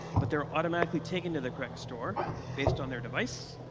but they're automatically taken to the correct store based on their device?